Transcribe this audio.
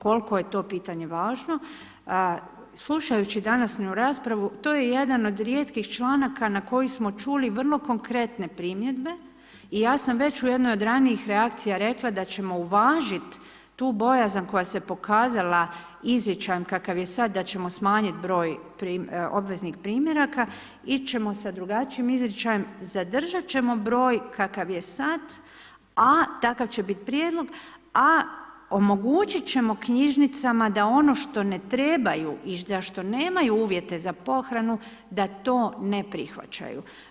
Koliko je to pitanje važno, slušajući današnju raspravu to je jedan od rijetkih članaka na koji smo čuli vrlo konkretne primjedbe i ja sam već u jednoj od ranijih reakcija rekla da ćemo uvažit tu bojazan koja se pokazala izričajem kakav je sad da ćemo smanjiti broj obveznih primjeraka, ić ćemo sa drugačijim izričajem, zadržat ćemo broj kakav je sad, a takav će bit prijedlog, a omogućit ćemo knjižnicama da ono što ne trebaju i za što nemaju uvjete za pohranu da to ne prihvaćaju.